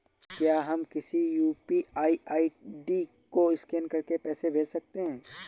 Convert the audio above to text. क्या हम किसी यू.पी.आई आई.डी को स्कैन करके पैसे भेज सकते हैं?